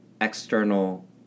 external